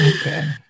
Okay